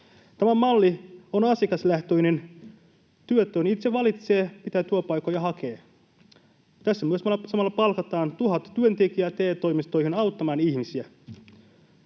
Tämä malli on asiakaslähtöinen. Työtön itse valitsee, mitä työpaikkoja hakee. Tässä myös samalla palkataan tuhat työntekijää TE-toimistoihin auttamaan ihmisiä.